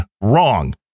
wrong